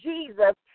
Jesus